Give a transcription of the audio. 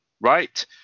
Right